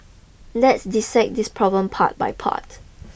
let's dissect this problem part by part